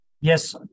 Yes